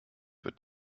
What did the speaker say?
wird